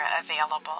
available